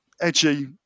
edgy